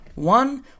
One